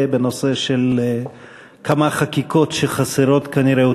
בנושא של כמה חקיקות שחסרות כנראה,